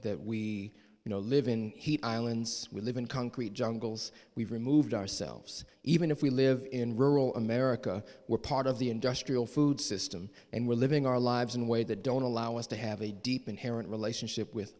that we you know live in heat islands we live in concrete jungles we've removed ourselves even if we live in rural america we're part of the industrial food system and we're living our lives in ways that don't allow us to have a deep inherent relationship with